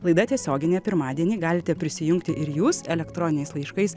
laida tiesioginė pirmadienį galite prisijungti ir jūs elektroniniais laiškais